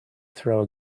throw